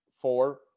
four